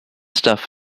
stuff